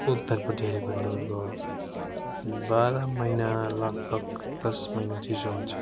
उत्तरपट्टि हेऱ्यो भने तपाईँको बाह्र महिना लगभग दस महिना चिसो हुन्छ